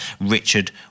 Richard